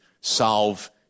solve